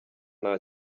nta